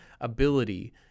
ability